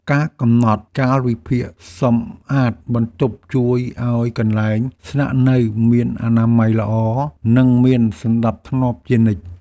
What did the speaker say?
ការកំណត់កាលវិភាគសម្អាតបន្ទប់ជួយឱ្យកន្លែងស្នាក់នៅមានអនាម័យល្អ និងមានសណ្តាប់ធ្នាប់ជានិច្ច។